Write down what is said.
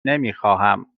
نمیخواهم